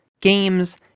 games